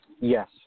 Yes